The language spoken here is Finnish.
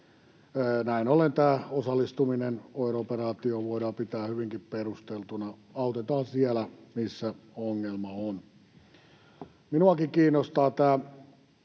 Näin ollen tätä osallistumista OIR-operaatioon voidaan pitää hyvinkin perusteltuna. Autetaan siellä, missä ongelma on. Minuakin kiinnostaa tämä